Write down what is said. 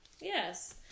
yes